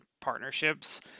partnerships